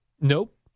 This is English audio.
Nope